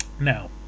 Now